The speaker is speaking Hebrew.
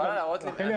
רחלי,